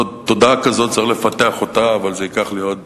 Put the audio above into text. תודעה כזאת צריך לפתח, אבל ייקח לי עוד